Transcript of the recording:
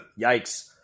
yikes